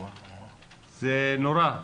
זה נורא.